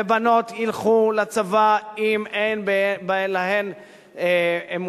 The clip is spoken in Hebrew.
ובנות ילכו לצבא אם אין בהן אמונה,